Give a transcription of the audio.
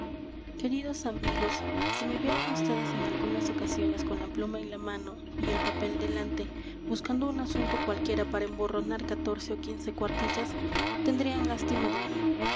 queridos amigos si me vieran ustedes en algunas ocasiones con la pluma en la mano y el papel delante buscando un asunto cualquiera para emborronar catorce ó quince cuartillas tendrían lástima de mí